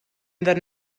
that